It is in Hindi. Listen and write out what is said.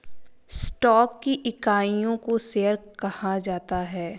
स्टॉक की इकाइयों को शेयर कहा जाता है